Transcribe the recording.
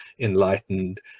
enlightened